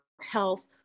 health